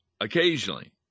occasionally